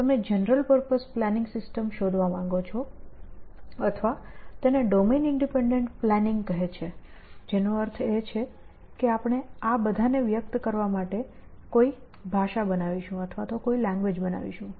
તમે general purpose planning systems શોધવા માંગો છો અથવા તેને ડોમેન ઈંડિપેંડેન્ટ પ્લાનિંગ કહે છે જેનો અર્થ છે કે આપણે આ બધાને વ્યક્ત કરવા માટે કોઈ ભાષા બનાવીશું